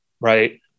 right